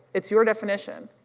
it's your definition.